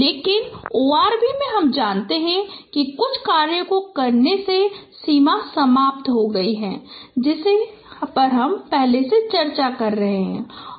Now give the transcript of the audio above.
लेकिन ओआरबी में हम जानते हैं कि कुछ कार्यों को करने से सीमा समाप्त हो गई है जिस पर हम चर्चा करगें